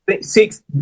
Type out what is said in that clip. six